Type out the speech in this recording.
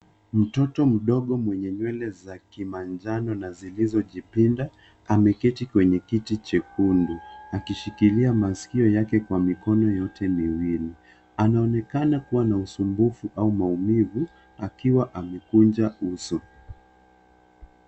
Mtoto mdogo mwenye nywele za kimanjano na zilizojipinda ameketi kwenye kiti chekundu akishikilia masikio yake kwa mikono yote miwili. Anaonekana kuwa na usumbufu au maumivu akiwa amekunja uso.